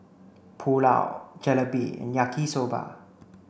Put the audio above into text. Pulao Jalebi and Yaki soba